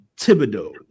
Thibodeau